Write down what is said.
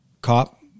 cop